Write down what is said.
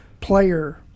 player